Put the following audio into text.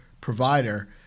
provider